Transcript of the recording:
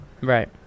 right